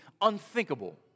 unthinkable